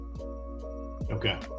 Okay